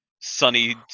Sunny